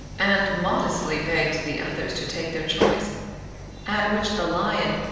and modestly begged the others to take their choice at which the lion,